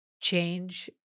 change